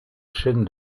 chaîne